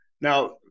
Now